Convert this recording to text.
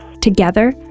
Together